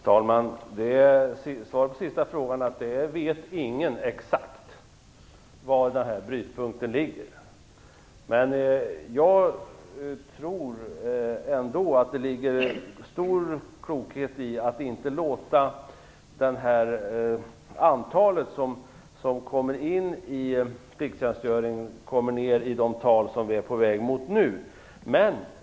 Herr talman! Svaret på den sista frågan är att ingen vet exakt var brytpunkten ligger. Jag tror ändå att det är stor klokhet att inte låta det antal som deltar i plikttjänstgöring komma ned i de tal som vi är på väg mot nu.